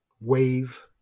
wave